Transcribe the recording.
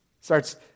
Starts